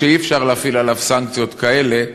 משאי-אפשר להפעיל עליו סנקציות כאלה,